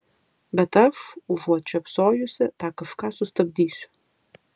bet aš užuot žiopsojusi tą kažką sustabdysiu